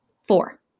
Four